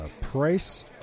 Price